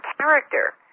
character